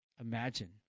imagine